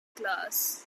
class